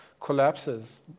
collapses